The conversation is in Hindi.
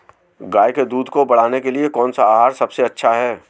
गाय के दूध को बढ़ाने के लिए कौनसा आहार सबसे अच्छा है?